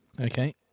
Okay